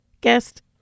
guest